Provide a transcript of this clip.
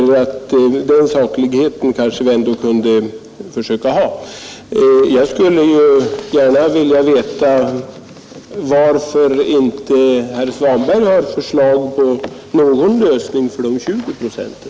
Det finns alltså tre skäl. Jag skulle för övrigt gärna vilja veta varför inte herr Svanberg föreslår någon lösning för de 20 procenten.